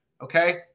Okay